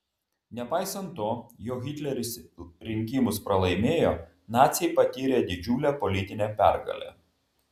nepaisant to jog hitleris rinkimus pralaimėjo naciai patyrė didžiulę politinę pergalę